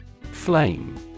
Flame